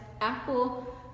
Apple